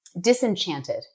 disenchanted